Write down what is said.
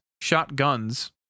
shotguns